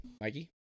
Mikey